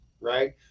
right